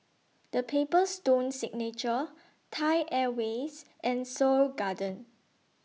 The Paper Stone Signature Thai Airways and Seoul Garden